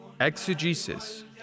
exegesis